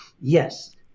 Yes